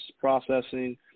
processing